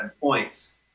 points